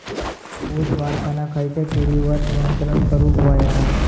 ऊस वाढताना खयच्या किडींवर नियंत्रण करुक व्हया?